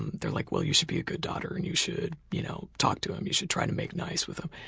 and like, well, you should be a good daughter and you should you know talk to him. you should try to make nice with him.